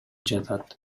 жатат